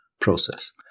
process